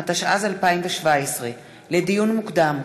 התשע"ז 2017. לדיון מוקדם: